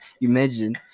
Imagine